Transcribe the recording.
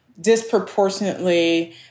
disproportionately